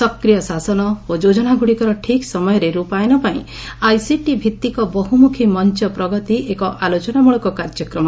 ସକ୍ରିୟ ଶାସନ ଓ ଯୋଜନାଗୁଡ଼ିକର ଠିକ୍ ସମୟରେ ରୂପାୟନପାଇଁ ଆଇସିଟି ଭିତ୍ତିକ ବହୁମୁଖୀ ମଞ୍ଚ ପ୍ରଗତି ଏକ ଆଲୋଚନାମୂଳକ କାର୍ଯ୍ୟକ୍ରମ